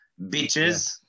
bitches